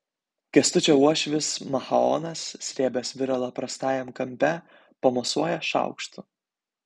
kęstučio uošvis machaonas srėbęs viralą prastajam kampe pamosuoja šaukštu